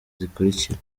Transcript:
zikurikira